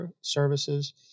services